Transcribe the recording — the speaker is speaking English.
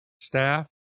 staff